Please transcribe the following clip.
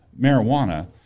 marijuana